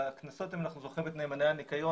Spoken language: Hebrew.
אם אנחנו זוכרים את נאמני הניקיון,